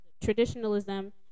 traditionalism